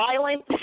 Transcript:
violent